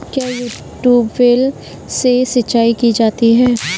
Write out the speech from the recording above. क्या ट्यूबवेल से सिंचाई की जाती है?